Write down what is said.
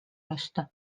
lasta